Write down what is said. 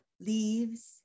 leaves